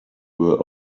were